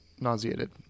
nauseated